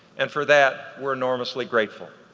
and for that we're enormously grateful.